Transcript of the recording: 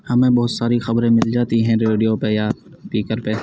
ہمیں بہت ساری خبریں مل جاتی ہیں ریڈیو پہ یا اسپیکر پہ